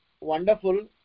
wonderful